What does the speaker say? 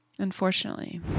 Unfortunately